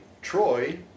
Troy